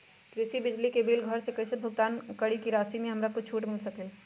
कृषि बिजली के बिल घर से कईसे भुगतान करी की राशि मे हमरा कुछ छूट मिल सकेले?